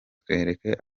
twereke